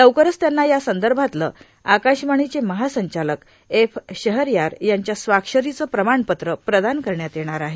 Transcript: लवकरच त्यांना या संदर्भातलं आकाशवाणीचे महासंचालक एफ शहरयार यांच्या स्वाक्षरीचं प्रमाणपत्र प्रदान करण्यात येणार आहे